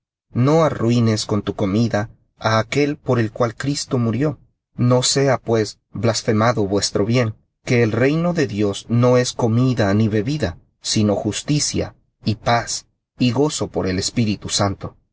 no arruines con tu comida á aquél por el cual cristo murió no sea pues blasfemado vuestro bien que el reino de dios no es comida ni bebida sino justicia y paz y gozo por el espíritu santo